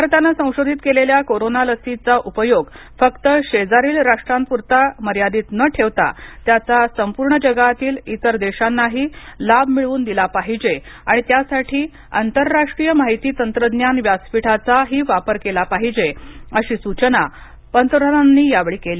भारताने संशोधित केलेल्या कोरोना लसीचा उपयोग फक्त शेजारील राष्ट्रांपुरता मर्यादित न ठेवता त्याचा संपूर्ण जगातील इतर देशानांही लाभ मिळवून दिला पाहिजे आणि त्यासाठी आंतर राष्ट्रीय माहिती तंत्रज्ञान व्यासपीठाचाही वापर केला पाहिजे अशी सूचना पंतप्रधानांनी यावेळी केली